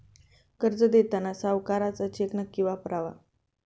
कर्ज देताना सावकाराचा चेक नक्की वापरावा